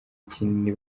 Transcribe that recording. kinini